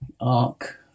arc